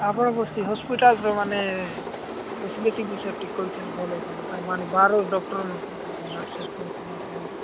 ଆପଣଙ୍କୁ ସେ ହସ୍ପିଟାଲ୍ରେ ମାନେ ଫ୍ୟାସିଲିଟି ବିଷୟରେ ଟିକେ କହିଥିଲେ ଭଲ ହେଇଥାନ୍ତା ତାର ମାନେ ବାହାର ଡକ୍ଟର ଆସୁଛନ୍ତି ନା କ'ଣ